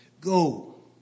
go